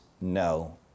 No